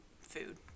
food